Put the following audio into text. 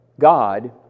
God